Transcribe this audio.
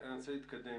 אלין, כמה מסגרות נסגרו